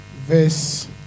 verse